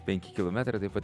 penki kilometrai tai pat